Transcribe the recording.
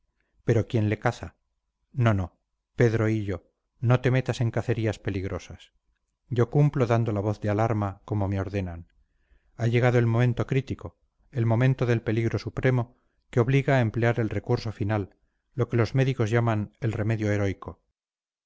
pero quién le caza no no pedro hillo no te metas en cacerías peligrosas yo cumplo dando la voz de alarma como me ordenan ha llegado el momento crítico el momento del peligro supremo que obliga a emplear el recurso final lo que los médicos llaman el remedio heroico